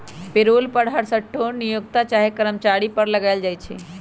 payroll कर हरसठ्ठो नियोक्ता चाहे कर्मचारी पर लगायल जाइ छइ